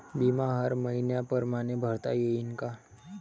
बिमा हर मइन्या परमाने भरता येऊन का?